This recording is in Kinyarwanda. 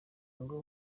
ngo